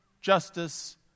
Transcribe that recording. justice